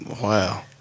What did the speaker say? wow